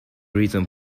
reason